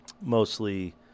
mostly